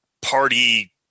party